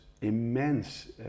immense